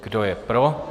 Kdo je pro?